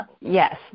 yes